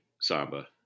Samba